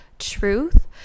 truth